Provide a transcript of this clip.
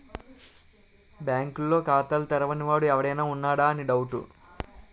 బాంకుల్లో ఖాతాలు తెరవని వాడు ఎవడైనా ఉన్నాడా అని డౌటు